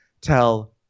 tell